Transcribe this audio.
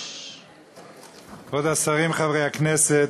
כבוד השרים, חברי הכנסת,